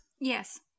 Yes